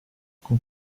con